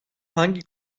hangi